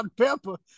pepper